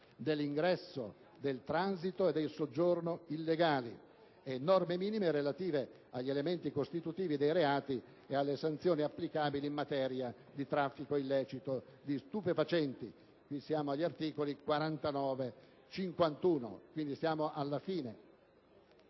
dell'ingresso, del transito e del soggiorno illegali e di norme minime relative agli elementi costitutivi dei reati e alle sanzioni applicabili in materia di traffico illecito di stupefacenti (articoli 49 e 51). A tali